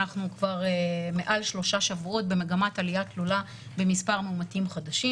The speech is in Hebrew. אנחנו כבר מעל שלושה שבועות במגמת עליה תלולה במספר מאומתים חדשים.